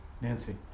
nancy